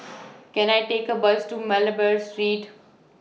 Can I Take A Bus to Malabar Street